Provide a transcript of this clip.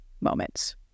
moments